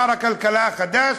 שר הכלכלה החדש,